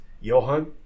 Johan